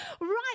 Right